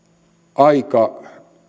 aika